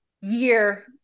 year